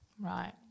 right